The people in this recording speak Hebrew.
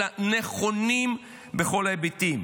אלא נכונים בכל ההיבטים.